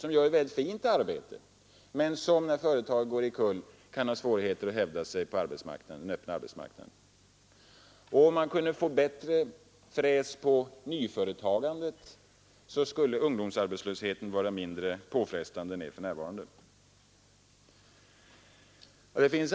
De gör där ett väldigt fint arbete, men när företaget går omkull kan de ha svårigheter att hävda sig på den öppna marknaden. Kunde man sedan få bättre fräs på nyföretagandet, skulle ungdomsarbetslösheten vara mindre påfrestande än den är för närvarande.